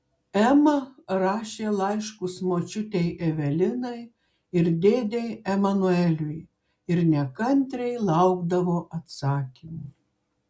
ema rašė laiškus močiutei evelinai ir dėdei emanueliui ir nekantriai laukdavo atsakymų